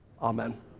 Amen